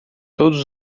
todos